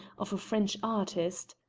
of a french artist.